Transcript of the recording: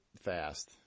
fast